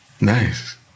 Nice